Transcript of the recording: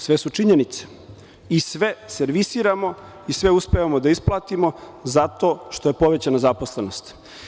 Sve su činjenice i sve servisiramo i sve uspevamo da isplatimo zato što je povećana zaposlenost.